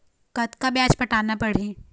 कतका ब्याज पटाना पड़ही?